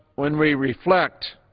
when we reflect,